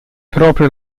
proprio